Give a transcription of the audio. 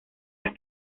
las